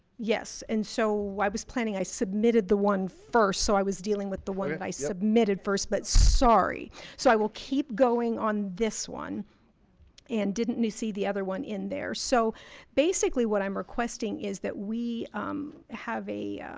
yes, and so i was planning i submitted the one first so i was dealing with the one that i submitted first, but sorry so i will keep going on this one and didn't you see the other one in there so basically what i'm requesting is that we have a